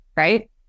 Right